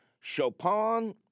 Chopin